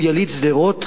הוא יליד שדרות,